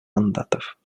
мандатов